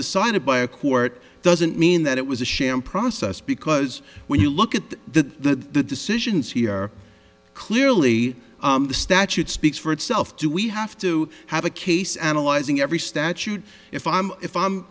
it by a court doesn't mean that it was a sham process because when you look at that the decisions here clearly the statute speaks for itself do we have to have a case analyzing every statute if i am if i